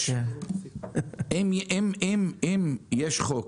אם יש חוק